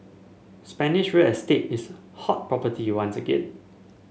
Spanish real estate is hot property once again